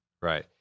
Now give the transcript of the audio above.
right